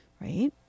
right